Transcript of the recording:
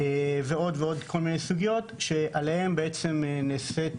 ועוד כל מיני סוגיות שסביבן נעשית